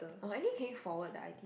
uh anyway can you forward the iti~